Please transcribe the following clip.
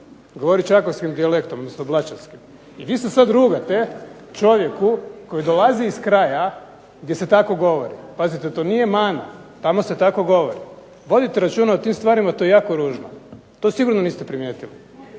Govori čakavskim dijalektom odnosno blaćanskim. Vi se sad rugate čovjeku koji dolazi iz kraja gdje se tako govori. Pazite, to nije mana, tamo se tako govori. Vodite računa o tim stvarima, to je jako ružno. To sigurno niste primjetili.